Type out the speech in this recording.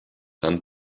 land